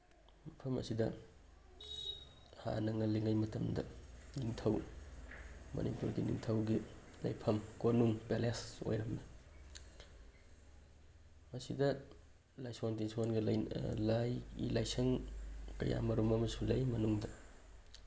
ꯃꯐꯝ ꯑꯁꯤꯗ ꯍꯥꯟꯅ ꯉꯜꯂꯤꯉꯩ ꯃꯇꯝꯗ ꯅꯤꯡꯊꯧ ꯃꯅꯤꯄꯨꯔꯒꯤ ꯅꯤꯡꯊꯧꯒꯤ ꯂꯩꯐꯝ ꯀꯣꯅꯨꯡ ꯄꯦꯂꯦꯁ ꯑꯣꯏꯔꯝꯃꯤ ꯃꯁꯤꯗ ꯂꯥꯏꯁꯣꯟ ꯇꯤꯟꯁꯣꯟꯒ ꯂꯥꯏꯁꯪ ꯀꯌꯥꯃꯔꯨꯝ ꯑꯃꯁꯨ ꯂꯩ ꯃꯅꯨꯡꯗ